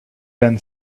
been